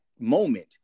Moment